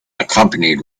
accompanied